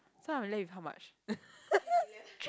so I'm left with how much